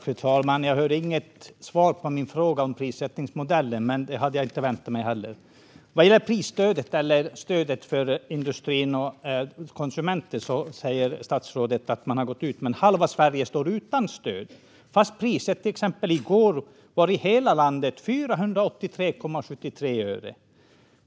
Fru talman! Jag hörde inget svar på min fråga om prissättningsmodellen, men det hade jag inte heller väntat mig. Vad gäller prisstödet, eller stödet för industri och konsumenter, säger statsrådet att man har gått ut med det. Men halva Sverige står utan stöd fast priset till exempel i går i hela landet var 483,73 öre.